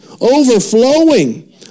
overflowing